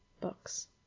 books